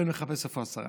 ארבל מחפש איפה השר,